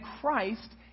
Christ